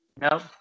no